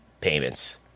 payments